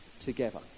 together